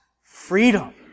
freedom